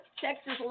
Texas